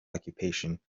occupation